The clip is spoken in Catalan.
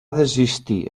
desistir